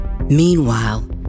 Meanwhile